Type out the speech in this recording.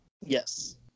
Yes